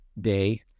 day